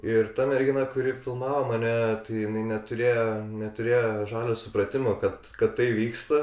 ir ta mergina kuri filmavo mane jinai neturėjo neturėjo žalio supratimo kad kad tai vyksta